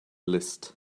list